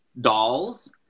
dolls